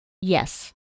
Yes